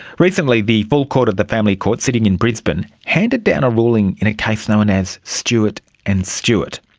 recently the full court of the family court, sitting in brisbane, handed down a ruling in a case known as stewart and stewart.